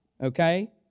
Okay